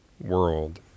world